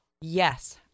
Yes